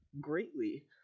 greatly